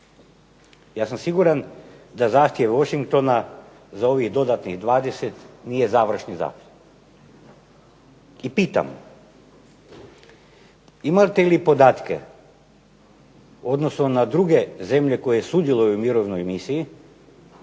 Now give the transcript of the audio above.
Ja sam siguran da zahtjev Washingtona za ovih dodatnih 20 nije završni zahtjev. I pitam imate li podatke u odnosu na druge zemlje koje sudjeluju u mirovnoj misiji